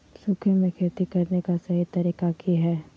सूखे में खेती करने का सही तरीका की हैय?